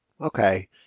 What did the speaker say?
Okay